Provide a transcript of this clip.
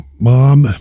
mom